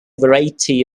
variety